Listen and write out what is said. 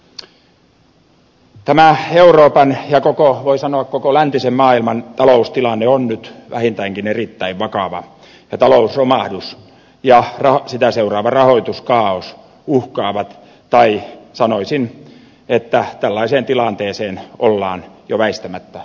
tämä euroopan ja voi sanoa koko läntisen maailman taloustilanne on nyt vähintäänkin erittäin vakava ja talousromahdus ja sitä seuraava rahoituskaaos uhkaavat tai sanoisin että tällaiseen tilanteeseen ollaan jo väistämättä joutumassa